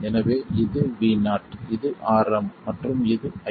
எனவே இது Vo இது Rm மற்றும் இது ii